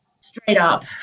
straight-up